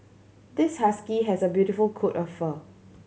this husky has a beautiful coat of fur